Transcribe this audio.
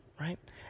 right